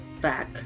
back